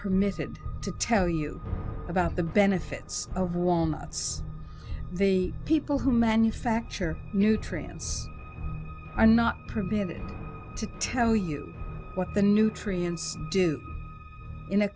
permitted to tell you about the benefits of walnuts the people who manufacture nutrients are not permitted to tell you what the nutrients do in a